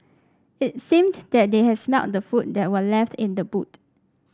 it seemed that they had smelt the food that were left in the boot